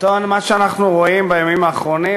מה שאנחנו רואים בימים האחרונים,